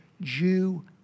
Jew